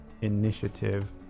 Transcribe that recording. initiative